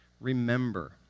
Remember